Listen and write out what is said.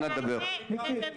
הבושה.